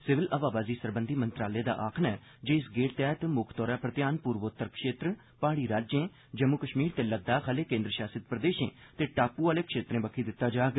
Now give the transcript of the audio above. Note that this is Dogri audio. सिविल हवाबाजी सरबंधी मंत्रालय दा आक्खना ऐ जे इस गेड़ तैहत मुक्ख तौरा पर ध्यान पूर्वोतर क्षेत्र पहाड़ी राज्ये जम्मू कश्मीर ते लद्दाख आले केंद्र शासत प्रदेशे ते टापु आले क्षेत्रेंब क्खी दित्ता जाग